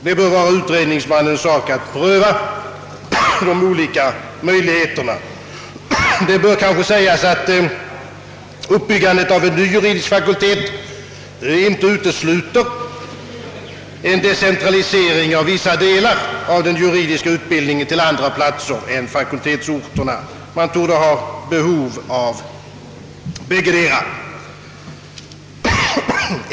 Det bör vara utredningsmannens sak att pröva de olika möjligheterna. Kanske bör det sägas, att uppbyggandet av en ny juridisk fakultet inte utesluter en decentralisering av vissa delar av den juridiska ut bildningen till andra platser än fakultetsorterna. Man torde ha behov av bäggedera.